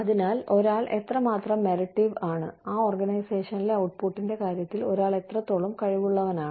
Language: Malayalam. അതിനാൽ ഒരാൾ എത്രമാത്രം മെറിറ്റീവ് ആണ് ആ ഓർഗനൈസേഷനിലെ ഔട്ട്പുട്ടിന്റെ കാര്യത്തിൽ ഒരാൾ എത്രത്തോളം കഴിവുള്ളവനാണ്